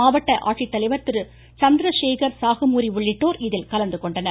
மாவட்ட ஆட்சித்தலைவர் திரு சந்திரசேகர சாகமூரி உள்ளிட்டோர் இதில் கலந்துகொண்டனர்